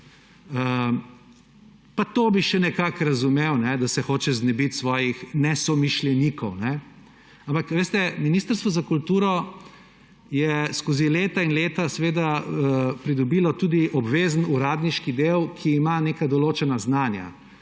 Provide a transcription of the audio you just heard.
Pa to bi še nekako razumel, da se hoče znebit svojih nesomišljenikov, ampak, ali veste, Ministrstvo za kulturo je skozi leta in leta, seveda, pridobilo tudi obvezen uradniški del, ki ima neka določena znanja,